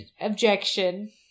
objection